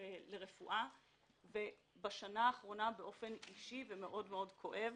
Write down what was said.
לרפואה ובשנה האחרונה באופן אישי ומאוד מאוד כואב